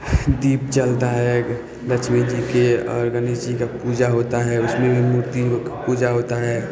दीप जलता है लक्ष्मी जीके आओर गणेश जीका पूजा होता है उसमे भी मूर्ति का पूजा होता है